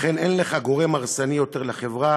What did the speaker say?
אכן, אין לך גורם הרסני יותר לחברה